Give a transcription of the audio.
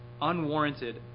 unwarranted